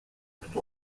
toute